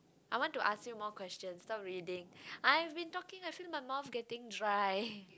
I want to ask you more questions stop reading I've been talking I feel my mouth getting dry